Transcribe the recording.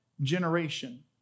generation